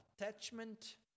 attachment